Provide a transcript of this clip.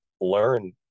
learn